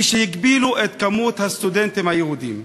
כשהגבילו את מספר הסטודנטים היהודים.